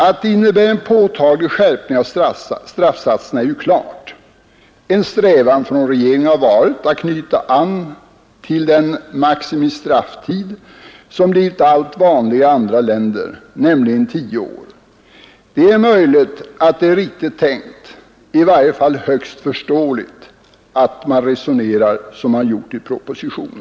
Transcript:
Att det innebär en påtaglig skärpning av straffsatserna är klart. En strävan från regeringen har varit att knyta an till den maximistrafftid som har blivit allt vanligare i andra länder, nämligen tio år. Det är möjligt att det är riktigt tänkt, och i varje fall är det högst förståeligt att man resonerat som man gjort i propositionen.